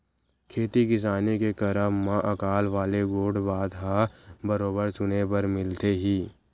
खेती किसानी के करब म अकाल वाले गोठ बात ह बरोबर सुने बर मिलथे ही